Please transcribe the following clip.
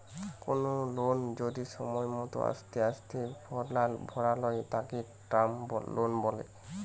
কোনো লোন যদি সময় মতো আস্তে আস্তে ভরালয় তাকে টার্ম লোন বলে